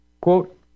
quote